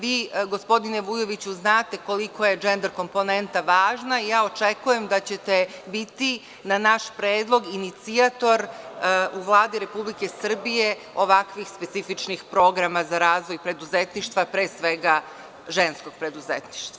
Vi, gospodine Vujoviću, znate koliko je džendar komponenta važna i ja očekujem da ćete biti na naš predlog inicijator u Vladi Republike Srbije ovakvih specifičnih programa za razvoj preduzetništva, pre svega ženskog preduzetništva.